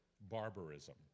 barbarism